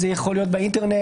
זה יכול להיות באינטרנט,